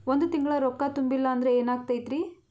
ಒಂದ ತಿಂಗಳ ರೊಕ್ಕ ತುಂಬಿಲ್ಲ ಅಂದ್ರ ಎನಾಗತೈತ್ರಿ?